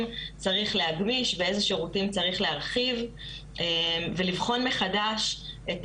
צריך להגמיש ואילו שירותים צריך להרחיב ולבחון מחדש את